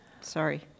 Sorry